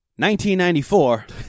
1994